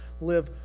live